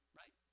right